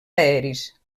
aeris